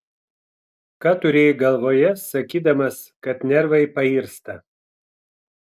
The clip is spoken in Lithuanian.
ką turėjai galvoje sakydamas kad nervai pairsta